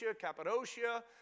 Cappadocia